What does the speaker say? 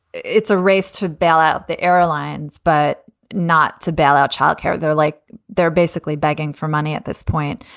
it's a race to bail out the airlines, but not to bail out child care. they're like they're basically begging for money at this point.